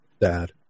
Dad